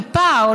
בפער,